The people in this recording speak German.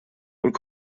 und